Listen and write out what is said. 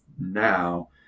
now